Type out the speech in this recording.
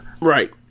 Right